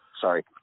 Sorry